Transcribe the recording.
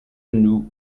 nous